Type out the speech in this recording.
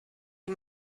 die